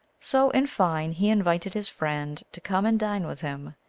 so, in fine, he invited his friend to come and dine with him,